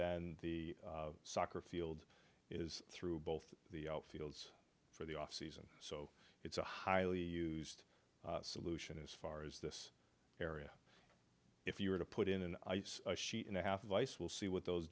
then the soccer field is through both the fields for the off season so it's a highly used solution as far as this area if you were to put in an ice sheet and a half of ice will see what those